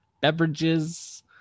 beverages